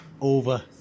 over